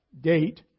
date